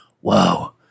whoa